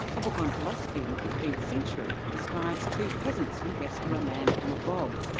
a book on philosophy in the fifteenth century describes two peasants who rescue a man from a bog,